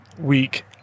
week